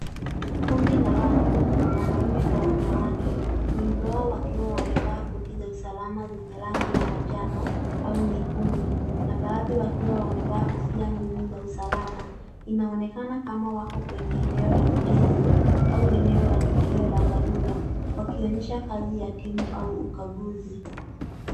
Kundi la watu wanaume na wanawake wengi wao wakiwa wamevaa koti za usalama zenye rangi ya manjano au nyekundu na baadhi wakiwa wamevaa kofia ngumu za usalama. Inaonekana kama wako kwenye eneo la ujenzi au eneo la tukio la dharura wakionyesha kazi ya timu au ukaguzi.